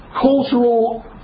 cultural